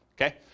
Okay